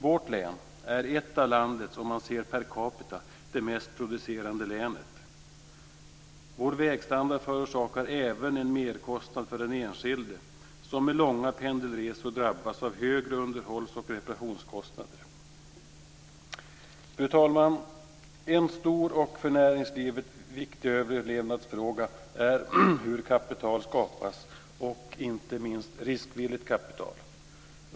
Vårt län är sett per capita ett av de mest produktiva länen. Vår vägstandard förorsakar en merkostnad även för de enskilda som har långa pendelresor. De drabbas av högre underhålls och reparationskostnader. Fru talman! En stor och för näringslivet viktig överlevnadsfråga är hur det skapas kapital, inte minst riskvilligt kapital.